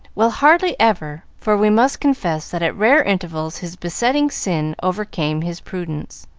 well, hardly ever, for we must confess that at rare intervals his besetting sin overcame his prudence,